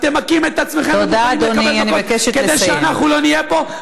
אתם מכים את עצמכם ומוכנים לקבל מכות כדי שאנחנו לא נהיה פה,